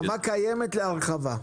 חווה קיימת להרחבה?